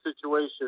situation